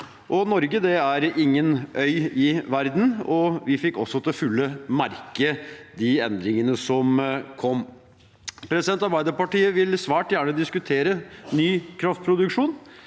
Norge er ingen øy i verden, og vi fikk også til fulle merke de endringene som kom. Arbeiderpartiet vil svært gjerne diskutere ny kraftproduksjon.